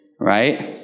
right